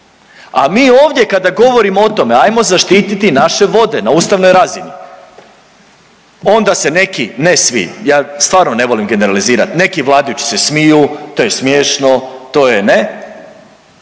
A mi ovdje kada govorimo o tome ajmo zaštiti naše vode na ustavnoj razini onda se neki ne svi, ja stvarno ne volim generalizirati, neki vladajući se smiju, to je smiješno, to je ne,